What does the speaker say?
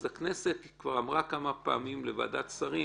אז הכנסת אמרה כמה פעמים לוועדת שרים